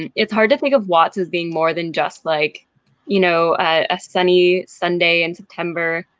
and it's hard to think of wots as being more than just like you know a sunny sunday in september.